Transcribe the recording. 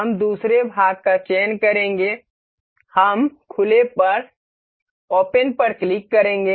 हम दूसरे भाग का चयन करेंगे हम खुले पर क्लिक करेंगे